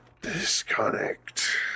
Disconnect